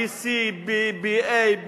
bc ba,